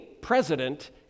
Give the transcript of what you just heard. President